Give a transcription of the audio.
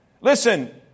Listen